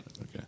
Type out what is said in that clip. Okay